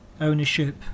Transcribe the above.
ownership